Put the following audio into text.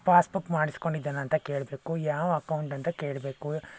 passbook ಮಾಡಿಸ್ಕೊಂಡಿದ್ದಾನೆ ಅಂತ ಕೇಳಬೇಕು ಯಾವ ಅಕೌಂಟ್ ಅಂತ ಕೇಳಬೇಕು